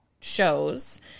shows